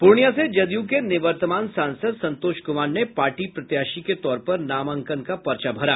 पूर्णियां से जदयू के निवर्तमान सांसद संतोष कुमार ने पार्टी प्रत्याशी के तौर पर नामांकन का पर्चा भरा